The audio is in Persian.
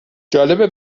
جالبه